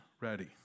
ready